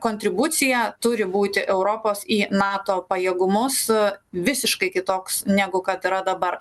kontribucija turi būti europos į nato pajėgumus visiškai kitoks negu kad yra dabar